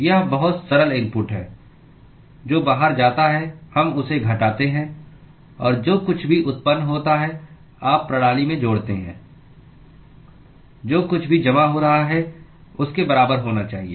यह बहुत सरल इनपुट है जो बाहर जाता है हम उसे घटाते हैं और जो कुछ भी उत्पन्न होता है आप प्रणाली में जोड़ते हैं जो कुछ भी जमा हो रहा है उसके बराबर होना चाहिए